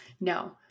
no